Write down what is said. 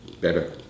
better